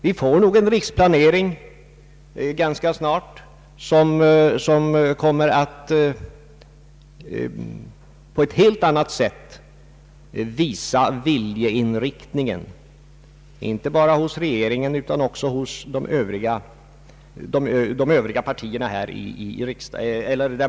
Vi får nog så småningom ganska säkert en riksplanering som kommer att på ett helt annat sätt än tidigare visa viljeinriktningen, inte bara hos regeringen utan också hos de övriga partierna.